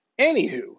Anywho